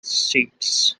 states